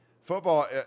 football